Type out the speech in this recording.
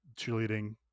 cheerleading